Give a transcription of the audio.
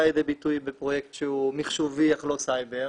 לידי ביטוי בפרויקט שהוא מחשובי אך לא סייבר,